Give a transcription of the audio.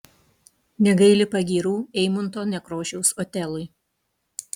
negaili pagyrų eimunto nekrošiaus otelui